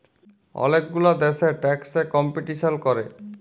ওলেক গুলা দ্যাশে ট্যাক্স এ কম্পিটিশাল ক্যরে